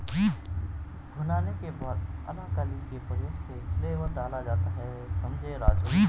भुनाने के बाद अलाकली के प्रयोग से फ्लेवर डाला जाता हैं समझें राजु